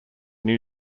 new